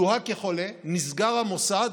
זוהה כחולה, נסגר המוסד,